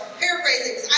paraphrasing